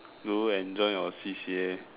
do you enjoy your C_C_A